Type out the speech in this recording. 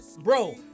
bro